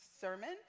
sermon